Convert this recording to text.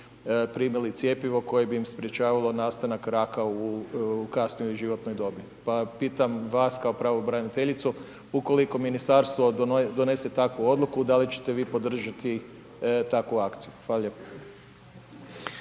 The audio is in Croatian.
primili cjepivo koje bi im sprječavalo nastanak raka u kasnijoj životnoj dobi, pa pitam vas kao pravobraniteljicu, ukoliko ministarstvo donese takvu odluku da li ćete vi podržati takvu akciju. Hvala